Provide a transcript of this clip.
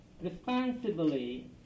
responsibly